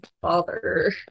father